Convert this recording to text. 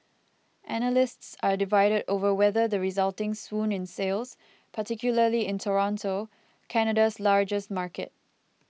analysts are divided over whether the resulting swoon in sales particularly in Toronto Canada's largest market